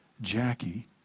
Jackie